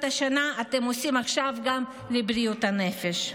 השנה אתם עושים עכשיו גם לבריאות הנפש.